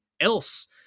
else